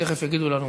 תכף יגידו לנו פה.